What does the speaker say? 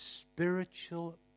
spiritual